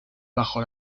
bajo